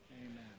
amen